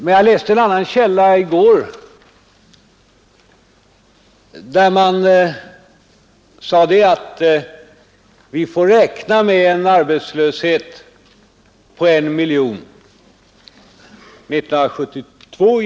Men jag läste en annan källa i går, nämligen Economist, där man sade att vi får räkna med en arbetslöshet på 1 miljon i januari 1972.